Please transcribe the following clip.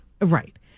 Right